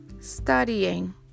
Studying